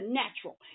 natural